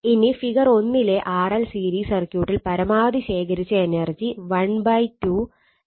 ഇനി ഫിഗർ 1 ലെ RL series സർക്യൂട്ടിൽ പരമാവധി ശേഖരിച്ച എനർജി 12 L Imax2 ആണ്